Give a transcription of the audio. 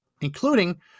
including